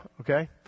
okay